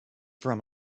from